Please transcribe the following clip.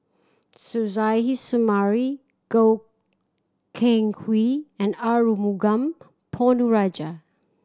Suzairhe Sumari Goh Keng Hui and Arumugam Ponnu Rajah